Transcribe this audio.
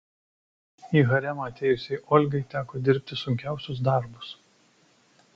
į haremą atėjusiai olgai teko dirbti sunkiausius darbus